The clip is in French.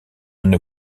une